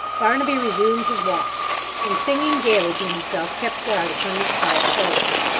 barnaby resumed his walk and singing gaily to himself, kept guard upon his quiet post.